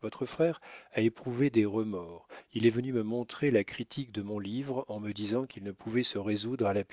votre frère a éprouvé des remords il est venu me montrer la critique de mon livre en me disant qu'il ne pouvait se résoudre à la